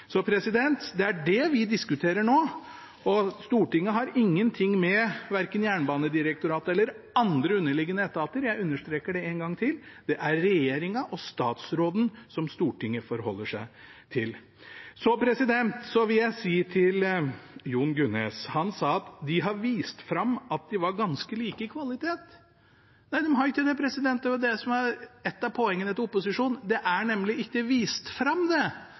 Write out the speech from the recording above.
Så det er det vi diskuterer nå. Stortinget har ingenting med verken Jernbanedirektoratet eller andre underliggende etater å gjøre. Jeg understreker det en gang til: Det er regjeringen og statsråden som Stortinget forholder seg til. Jeg vil si til Jon Gunnes, som sa at de har vist fram at de var ganske like i kvalitet. Nei, de har ikke det, og det var det som var ett av poengene til opposisjonen. Det er nemlig ikke vist fram. Så det